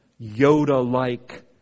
Yoda-like